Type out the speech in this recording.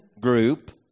group